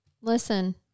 listen